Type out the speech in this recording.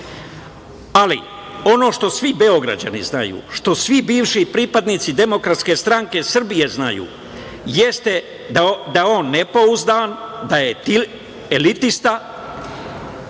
ali ono što svi Beograđani znaju, što svi bivši pripadnici Demokratske stranke Srbije znaju jeste da je on nepouzdan, da je elitista,